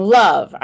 love